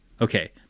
Okay